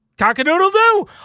Cock-a-doodle-doo